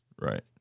Right